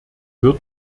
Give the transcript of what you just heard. wird